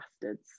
bastards